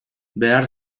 behar